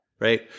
right